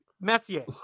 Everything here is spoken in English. Messier